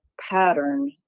pattern